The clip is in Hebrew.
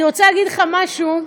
אני נערך להודות.